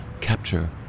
capture